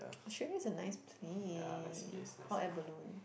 Australia is a nice place hot air balloon